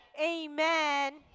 Amen